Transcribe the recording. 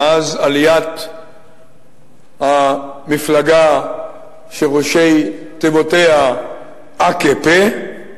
מאז עליית המפלגה שראשי תיבותיה AKP,